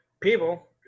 people